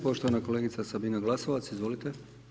Poštovana kolegica Sabina Glasovac, izvolite.